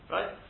Right